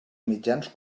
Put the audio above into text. mitjans